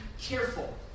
careful